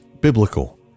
biblical